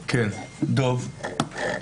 דב, בבקשה.